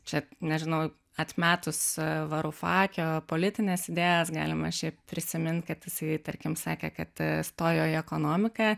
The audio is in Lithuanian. čia nežinau atmetus varufakio politines idėjas galima šiaip prisiminti kad jisai tarkim sakė kad stojo į ekonomiką